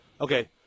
Okay